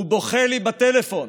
והוא בוכה לי בטלפון.